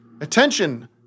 attention